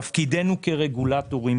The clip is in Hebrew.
תפקידנו כרגולטורים